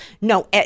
No